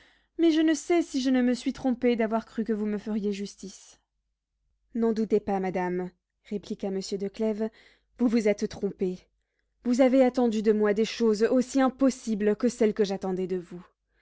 mais je ne sais si je ne me suis trompée d'avoir cru que vous me feriez justice n'en doutez pas madame répliqua monsieur de clèves vous vous êtes trompée vous avez attendu de moi des choses aussi impossibles que celles que j'attendais de vous